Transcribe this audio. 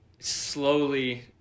slowly